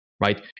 right